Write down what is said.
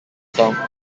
song